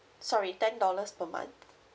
sorry ten dollars per month